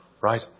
right